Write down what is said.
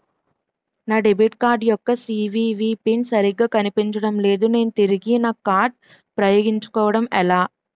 నా debit card యెక్క CVV pin సరిగా కనిపించడం లేదు నేను తిరిగి నా కార్డ్ఉ పయోగించుకోవడం ఎలా?